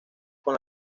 con